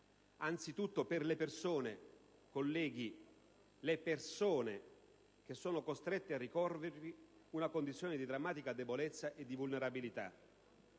ripeto - le persone che sono costrette a ricorrervi una condizione di drammatica debolezza e di vulnerabilità.